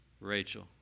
Rachel